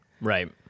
Right